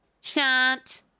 Shan't